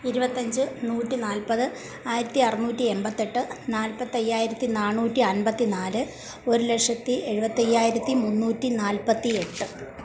ഇരുപത്തിയഞ്ച് നൂറ്റി നാൽപ്പത് ആയിരത്തി അറുന്നൂറ്റി എണ്പത്തിയെട്ട് നാൽപ്പത്തി അയ്യായിരത്തി നാന്നൂറ്റി അന്പത്തിനാല് ഒരു ലക്ഷത്തി എഴുപത്തി അയ്യായിരത്തി മുന്നൂറ്റി നാൽപ്പത്തി എട്ട്